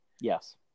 Yes